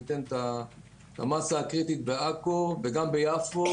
שניתן את המאסה הקריטית בעכו וגם ביפו,